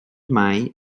mae